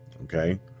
Okay